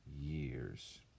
years